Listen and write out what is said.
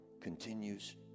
continues